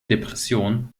depression